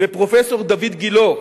לפרופסור דוד גילה,